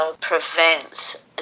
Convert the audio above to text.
prevents